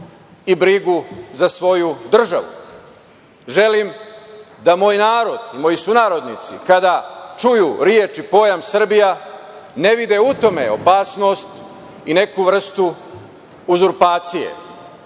i brigu za svoju državu. Želim da moj narod i moji sunarodnici kada čuju reč i pojam Srbija ne vide u tome opasnost i neku vrstu uzurpacije.